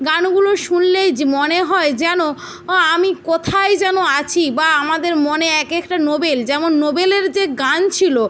গানগুলো শুনলেই মনে হয় যেন আমি কোথায় যেন আছি বা আমাদের মনে এক একটা নোবেল যেমন নোবেলের যে গান ছিল